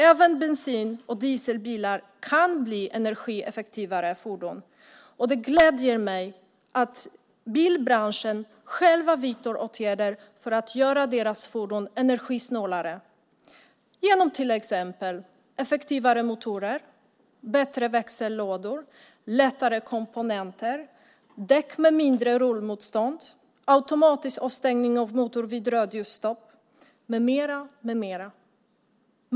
Även bensin och dieselbilar kan bli energieffektivare, och det gläder mig att bilbranschen själv vidtar åtgärder för att göra sina fordon energisnålare genom till exempel effektivare motorer, bättre växellådor, lättare komponenter, däck med mindre rullmotstånd, automatisk avstängning av motorn vid rödljusstopp med mera.